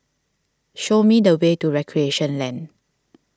show me the way to Recreation Lane